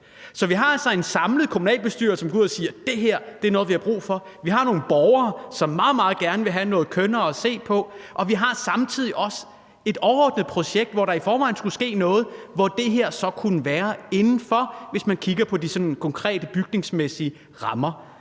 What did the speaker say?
Vi har altså en samlet kommunalbestyrelse, som går ud og siger: Det her er noget, vi har brug for; vi har nogle borgere, som meget, meget gerne vil have noget kønnere at se på; og vi har samtidig også et overordnet projekt, hvor der i forvejen skulle ske noget, hvor det her så kunne være indenfor, hvis man kigger på de sådan konkrete bygningsmæssige rammer.